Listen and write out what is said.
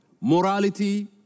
morality